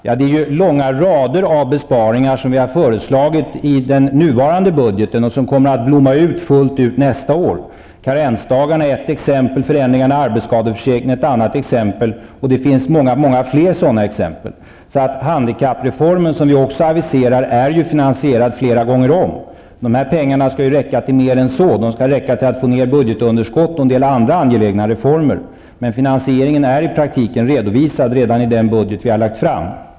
Vi har i den nuvarande budgeten föreslagit en lång rad av besparingar. De kommer att blomma ut fullt ut nästa år. Karensdagarna är ett exempel och förändringen av arbetsskadeförsäkringen ett annat. Det finns många fler sådana exempel. Handikappreformen, som vi aviserar, är finansierad flera gånger om. Pengarna skall räcka till mer än så. De skall räcka till att minska budgetunderskottet samt till andra angelägna reformer. Finansieringen är i praktiken redovisad redan i den budget som vi har lagt fram.